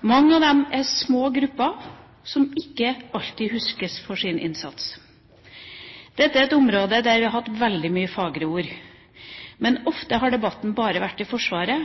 Mange av dem er små grupper som ikke alltid huskes for sin innsats. Dette er et område der vi har hatt veldig mange fagre ord, men ofte har debatten bare vært i Forsvaret,